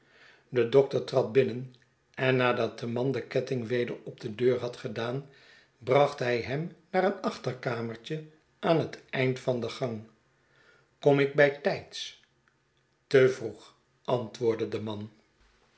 de dokter trad binnen en nadat de man den ketting weder op de deur had gedaan bracht hij hem naar een achterkamertje aan het eind van den gang kom ik bijtyds te vroeg antwoordde de man